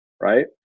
right